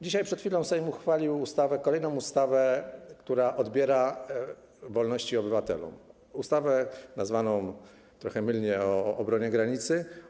Dzisiaj, przed chwilą Sejm uchwalił kolejną ustawę, która odbiera wolności obywatelom, ustawę nazwaną trochę mylnie: o obronie granicy.